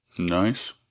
Nice